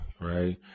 right